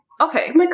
Okay